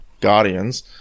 Guardians